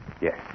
Yes